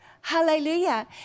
Hallelujah